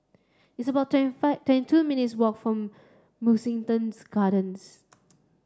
it's about twenty five twenty two minutes' walk from Mugliston'S Gardens